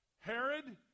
Herod